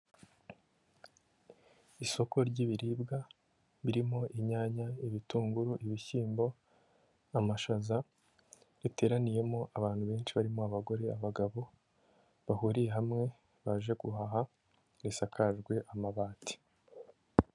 Isoko ry'ibiribwa birimo inyanya, ibitunguru, ibishyimbo, amashaza riteraniyemo abantu benshi barimo abagore abagabo, bahuriye hamwe baje guhaha risakajwe amabati.